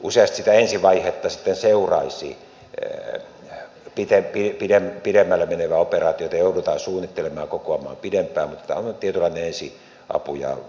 useasti sitä ensivaihetta sitten seuraisi pidemmälle menevä operaatio joita joudutaan suunnittelemaan ja kokoamaan pidempään mutta tämä on nyt tietynlainen ensiapu ja vakuutus